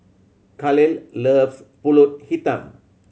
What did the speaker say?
Kahlil loves Pulut Hitam